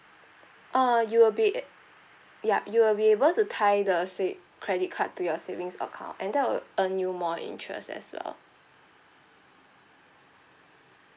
uh you will be a yup you will be able to tie the sa~ credit card to your savings account and that will earn you more interest as well